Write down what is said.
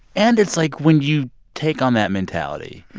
and it's like, when you take on that mentality,